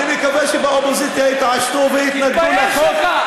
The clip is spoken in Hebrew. אני מקווה שבאופוזיציה יתעשתו ויתנגדו, תתבייש לך.